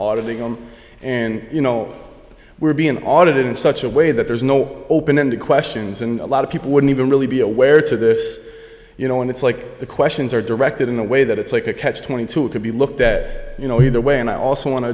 gum and you know we're being audited in such a way that there's no open ended questions and a lot of people wouldn't even really be aware to this you know and it's like the questions are directed in a way that it's like a catch twenty two it could be looked at you know either way and i also want to